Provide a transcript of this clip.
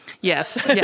Yes